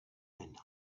and